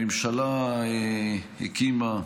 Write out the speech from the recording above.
הממשלה הקימה,